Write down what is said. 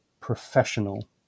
professional